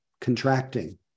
contracting